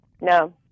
No